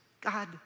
God